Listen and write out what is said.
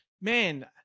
man